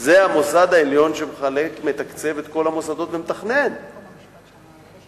זה המוסד העליון שמתקצב ומתכנן את כל המוסדות.